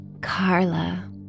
Carla